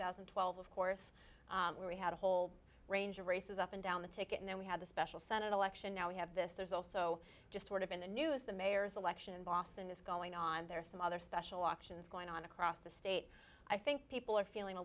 thousand and twelve of course where we had a whole range of races up and down the ticket and then we had the special senate election now we have this there's also just sort of in the news the mayor's election in boston is going on there are some other special auctions going on across the state i think people are feeling a